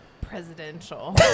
presidential